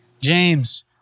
James